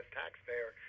taxpayer